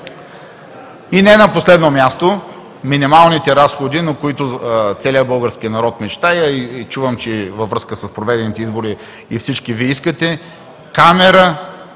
И не на последно място – минималните разходи, за които целият български народ мечтае. Чувам, че във връзка с проведените избори всички Вие искате камера